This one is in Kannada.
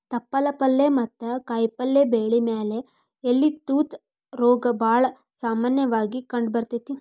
ತಪ್ಪಲ ಪಲ್ಲೆ ಮತ್ತ ಕಾಯಪಲ್ಲೆ ಬೆಳಿ ಮ್ಯಾಲೆ ಎಲಿ ತೂತ ರೋಗ ಬಾಳ ಸಾಮನ್ಯವಾಗಿ ಕಂಡಬರ್ತೇತಿ